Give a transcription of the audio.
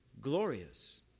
glorious